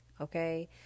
okay